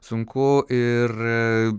sunku ir